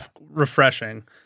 refreshing